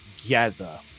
together